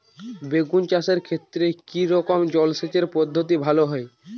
বেগুন চাষের ক্ষেত্রে কি রকমের জলসেচ পদ্ধতি ভালো হয়?